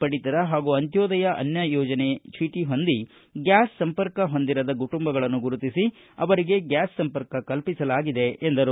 ಪಡಿತರ ಹಾಗೂ ಅಂತ್ಲೋದಯ ಅನ್ನ ಯೋಜನೆ ಚೀಟಿ ಹೊಂದಿ ಗ್ಲಾಸ್ ಸಂಪರ್ಕ ಹೊಂದಿರದ ಕುಟುಂಬಗಳನ್ನು ಗುರುತಿಸಿ ಅವರಿಗೆ ಗ್ಯಾಸ್ ಸಂಪರ್ಕ ಕಲ್ಪಿಸಲಾಗಿದೆ ಎಂದರು